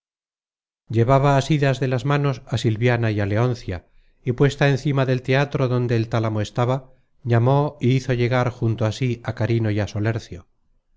llevaba asidas de las manos á silviana y á leoncia y puesta encima del teatro donde el tálamo estaba llamó y hizo llegar junto á sí á carino y